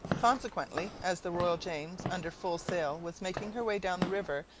consequently as the royal james, under full sail, was making her way down the river,